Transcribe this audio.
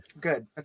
good